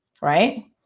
right